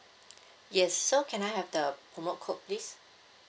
yes so can I have the promo code please